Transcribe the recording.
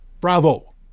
Bravo